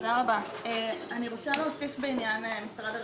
תודה רבה, אני רוצה להוסיף בעניין משרד הרווחה: